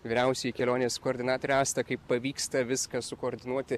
vyriausioji kelionės koordinatorė asta kaip pavyksta viską sukoordinuoti